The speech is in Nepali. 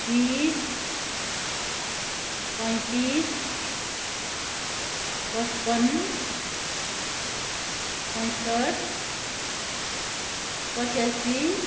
बिस पैँतिस पचपन्न पैँसट्ठी पचासी